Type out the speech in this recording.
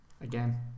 Again